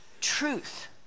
Truth